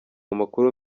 amakuru